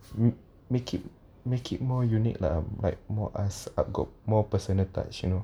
make it make it more unique lah like more us got more personal touch you know